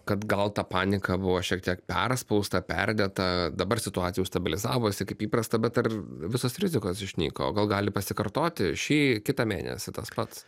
kad gal ta panika buvo šiek tiek perspausta perdėta dabar situacija jau stabilizavosi kaip įprasta bet ar visos rizikos išnyko o gal gali pasikartoti šį kitą mėnesį tas pats